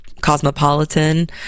Cosmopolitan